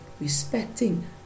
respecting